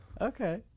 Okay